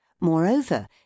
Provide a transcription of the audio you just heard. Moreover